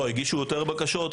הגישו יותר בקשות,